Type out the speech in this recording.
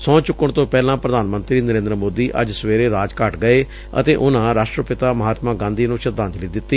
ਸਹੁੰ ਚੁੱਕਣ ਤੋਂ ਪਹਿਲਾਂ ਪ੍ਰਧਾਨ ਮੰਤਰੀ ਨਰੇਂਦਰ ਮੋਦੀ ਅੱਜ ਸਵੇਰੇ ਰਾਜਘਾਟ ਗਏ ਅਤੇ ਉਨਾਂ ਰਾਸ਼ਟਰਪਿਤਾ ਮਹਾਤਮਾ ਗਾਂਧੀ ਨੂੰ ਸ਼ਰਧਾਂਜਲੀ ਦਿੱਤੀ